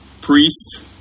priest